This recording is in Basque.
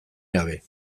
gabe